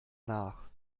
nach